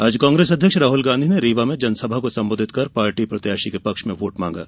आज कांग्रेस अध्यक्ष राहुल गांधी ने रीवा में जनसभा को संबोधित कर पार्टी प्रत्याशी के पक्ष में वोट मांगा